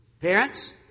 Parents